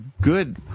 good